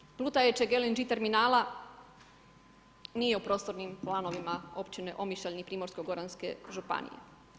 Projekt plutajućeg LNG terminala, nije u prostornim planovima općine Omišalj ni Primorsko goranske županije.